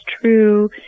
true